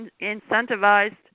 incentivized